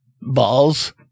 balls